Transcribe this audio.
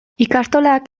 ikastolak